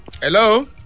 hello